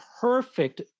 perfect